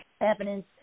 evidence